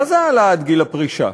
מה זה העלאת גיל הפרישה?